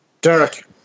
Derek